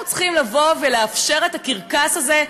אנחנו צריכים לבוא ולאפשר את הקרקס הזה?